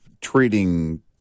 treating